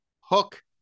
Hook